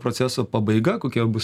proceso pabaiga kokia bus